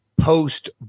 post